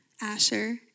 Asher